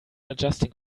adjusting